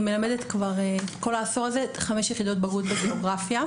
אני מלמדת כל העשור הזה חמש יחידות בגרות בגיאוגרפיה.